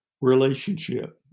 relationship